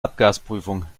abgasprüfung